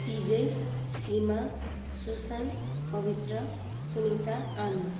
Vijay Seema Susan Pavitra Sunita Anand